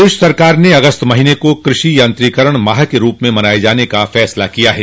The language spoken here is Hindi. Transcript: प्रदेश सरकार ने अगस्त महीने को कृषि यंत्रीकरण माह के रूप में मनाए जाने का निर्णय लिया है